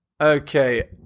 Okay